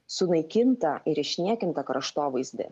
sunaikintą ir išniekintą kraštovaizdį